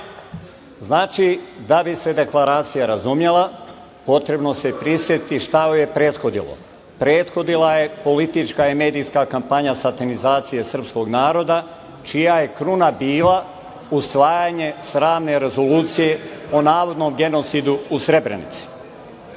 Znači, da bi se deklaracija razumela, potrebno je da se prisetimo šta joj je prethodilo. Prethodila joj je politička kampanja satanizacije srpskog naroda čija je kruna bila usvajanje sramne rezolucije o navodnom genocidu u Srebrenici.